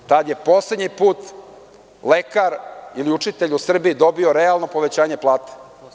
Tada je poslednji put lekar ili učitelj u Srbiji dobio realno povećanje plate.